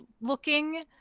looking